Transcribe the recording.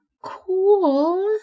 cool